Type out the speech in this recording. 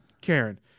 Karen